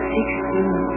Sixteen